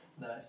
Nice